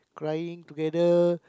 crying together